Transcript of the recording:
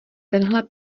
tenhle